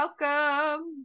Welcome